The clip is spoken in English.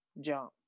Jump